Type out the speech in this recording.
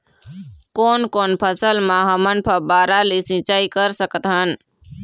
कोन कोन फसल म हमन फव्वारा ले सिचाई कर सकत हन?